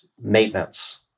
maintenance